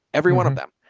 every one of them,